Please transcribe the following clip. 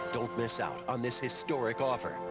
don't miss out on this historic offer.